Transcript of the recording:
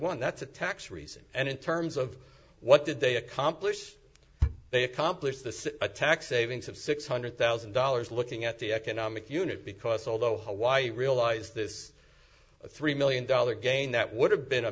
one that's a tax receipt and in terms of what did they accomplish they accomplished the attack savings of six hundred thousand dollars looking at the economic unit because although hawaii realized this three million dollar gain that would have been a